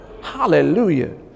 Hallelujah